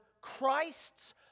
Christ's